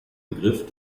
begriff